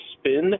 spin